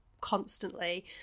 constantly